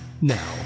now